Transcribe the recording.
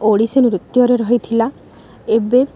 ଓଡ଼ିଶୀ ନୃତ୍ୟରେ ରହିଥିଲା ଏବେ